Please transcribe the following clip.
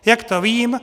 Jak to vím?